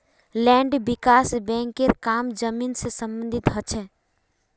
land विकास बैंकेर काम जमीन से सम्बंधित ह छे